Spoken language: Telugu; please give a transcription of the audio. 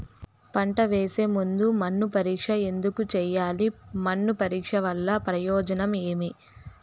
పంట వేసే ముందు మన్ను పరీక్ష ఎందుకు చేయాలి? మన్ను పరీక్ష వల్ల ప్రయోజనం ఏమి?